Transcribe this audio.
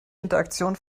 interaktion